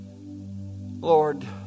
Lord